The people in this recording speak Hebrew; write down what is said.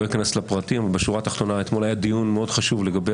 לא אכנס לפרטים אבל בשורה התחתונה אתמול היה דיון חשוב לגבי